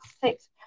six